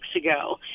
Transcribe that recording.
ago